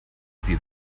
wie